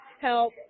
help